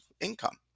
income